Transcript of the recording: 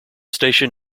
station